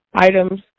items